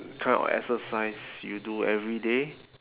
kind of exercise you do every day